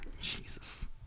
Jesus